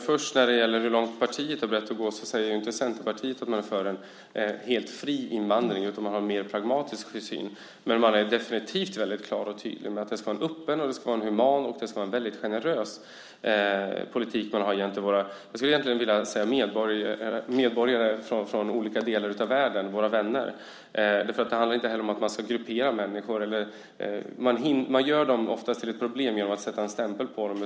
Fru talman! När det först gäller hur långt partiet är berett att gå säger inte vi i Centerpartiet att vi är för en helt fri invandring, utan vi har en mer pragmatisk syn. Men vi är definitivt klara och tydliga med att det ska vara en öppen, human och mycket generös politik gentemot våra medborgare från olika delar av världen, våra vänner. Jag tror inte heller att man ska gruppera människor. Man gör dem oftast till ett problem genom att sätta en stämpel på dem.